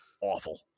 awful